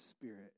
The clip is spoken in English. spirit